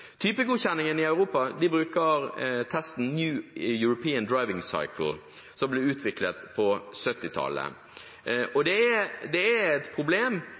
Typegodkjenningen i Europa bruker testen New European Driving Cycle, som ble utviklet på 1970-tallet. Det er et problem at man siden 2002, da man hadde et